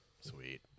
Sweet